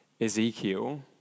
Ezekiel